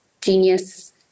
genius